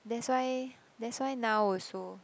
that's why that's why now also